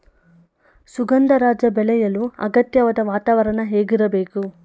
ಸುಗಂಧರಾಜ ಬೆಳೆಯಲು ಅಗತ್ಯವಾದ ವಾತಾವರಣ ಹೇಗಿರಬೇಕು?